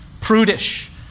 prudish